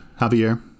Javier